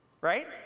right